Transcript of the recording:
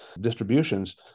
distributions